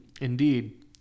Indeed